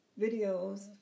videos